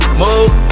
move